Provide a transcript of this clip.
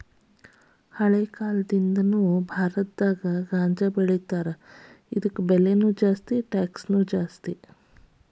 ಶತಮಾನಗಳಿಂದಾನು ಭಾರತದಾಗ ಗಾಂಜಾಬೆಳಿತಾರ ಇದಕ್ಕ ಬೆಲೆ ಜಾಸ್ತಿ ಟ್ಯಾಕ್ಸನು ಜಾಸ್ತಿ